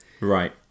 right